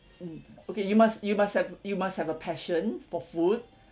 mm okay you must you must have you must have a passion for food